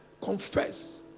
Confess